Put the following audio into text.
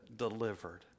Delivered